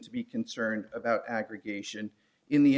to be concerned about aggregation in the